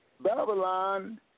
Babylon